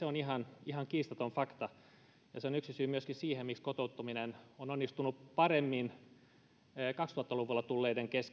on ihan ihan kiistaton fakta se on yksi syy myöskin siihen miksi kotoutuminen on onnistunut paremmin kaksituhatta luvulla tulleiden